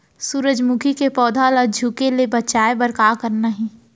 सूरजमुखी के पौधा ला झुके ले बचाए बर का करना हे?